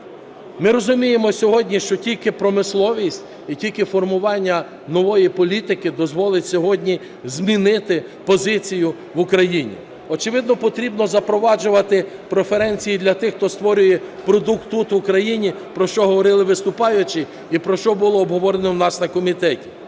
Ми розуміємо сьогодні, що тільки промисловість і тільки формування нової політики дозволить сьогодні змінити позицію в Україні. Очевидно потрібно запроваджувати преференції для тих, хто створює продукт тут в Україні, про що говорили виступаючі і про що було обговорено в нас на комітеті.